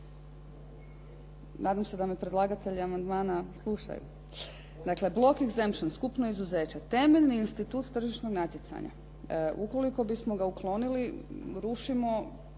Nadam se da me predlagatelji amandmana slušaju. Dakle, block exemption, skupno izuzeće, temeljni institut tržišnog natjecanja. Ukoliko bismo ga uklonili, rušimo